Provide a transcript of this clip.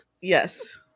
yes